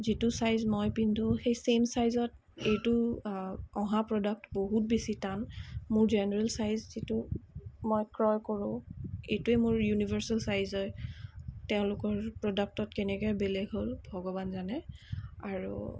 যিটো চাইজ মই পিন্ধোঁ সেই চেম চাইজত এইটো অহা প্ৰডাক্ট বহুত বেছি টান মোৰ জেনেৰেল চাইজ যিটো মই ক্ৰয় কৰোঁ এইটোৱেই মোৰ ইউনিভাৰ্চেল চাইজ হয় তেওঁলোকৰ প্ৰডাক্টত কেনেকৈ বেলেগ হ'ল ভগৱানে জানে আৰু